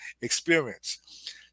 experience